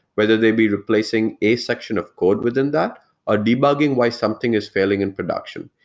whether they'd be replacing a section of code within that or debugging why something is failing in production.